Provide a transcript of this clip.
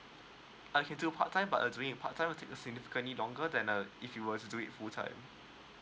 okay do part time but uh doing a part time significantly longer than uh if you were to do it full time